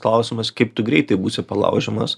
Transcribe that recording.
klausimas kaip tu greitai būsi palaužiamas